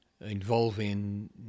involving